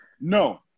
No